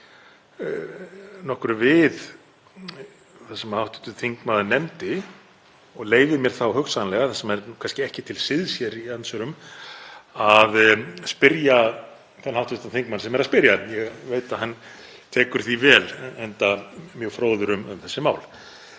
nokkru við það sem hv. þingmaður nefndi. Ég leyfi mér þá hugsanlega, sem er kannski ekki til siðs hér í andsvörum, að spyrja þann hv. þingmann sem er að spyrja, ég veit að hann tekur því vel, enda mjög fróður um þessi mál,